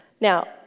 Now